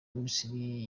misiri